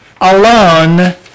alone